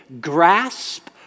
grasp